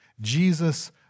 Jesus